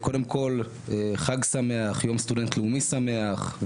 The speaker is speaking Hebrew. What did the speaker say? חג שמח, יום סטודנט לאומי שמח.